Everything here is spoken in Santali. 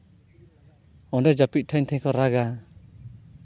ᱚᱸᱰᱮ ᱡᱟᱹᱯᱤᱫ ᱴᱷᱟᱶ ᱴᱷᱮᱱ ᱠᱚ ᱨᱟᱜᱟ